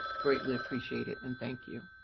greatly appreciate it, and thank you.